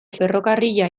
ferrokarrila